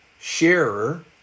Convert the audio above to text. Sharer